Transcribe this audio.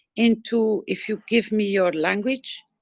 into. if you give me your language,